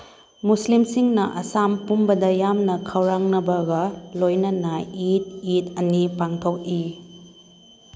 ꯃꯨꯁꯂꯤꯝꯁꯤꯡꯅ ꯑꯁꯥꯝ ꯄꯨꯝꯕꯗ ꯌꯥꯝꯅ ꯈꯧꯔꯥꯡꯅꯕꯒ ꯂꯣꯏꯅꯅ ꯏꯠ ꯏꯠ ꯑꯅꯤ ꯄꯥꯡꯊꯣꯛꯏ